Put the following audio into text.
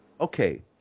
Okay